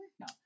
No